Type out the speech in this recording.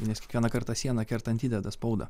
nes kiekvieną kartą sieną kertant įdeda spaudą